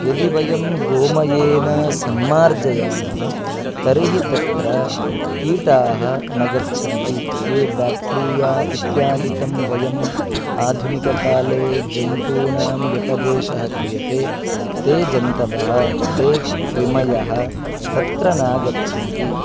यदि वयं गोमयेन सम्मार्जयामः तर्हि तत्र कीटाः न गच्छन्ति ये ब्याक्ट्रिया इत्यादिकं वयम् आधुनिककाले जन्तूनां व्यपदेशः क्रियते ते जन्तवः ते क्रिमयः तत्र नागच्छन्ति